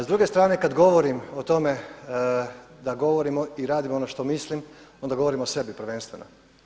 S druge strane kada govorim o tome da govorim i radim ono što mislim, onda govorim o sebi prvenstveno.